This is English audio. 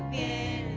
a